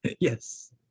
Yes